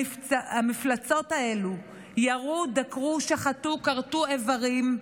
המפלצות האלה ירו, דקרו, שחטו, כרתו איברים,